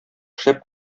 шәп